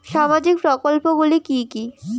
সামাজিক প্রকল্পগুলি কি কি?